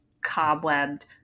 cobwebbed